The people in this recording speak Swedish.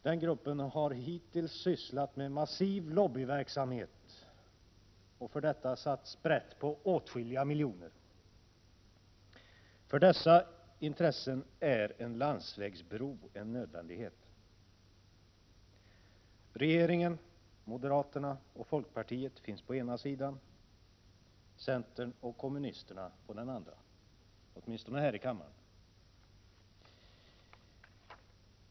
Den gruppen har hittills sysslat med en massiv lobbyverk = Prot. 1987/88:31 samhet och för detta satt sprätt på åtskilliga miljoner. För dessa intressen är 25 november 1987 en landsvägsbro en nödvändighet. fa ES a NEG Regeringen, moderaterna och folkpartiet finns på den ena sidan, centern och kommunisterna på den andra, åtminstone här i kammaren.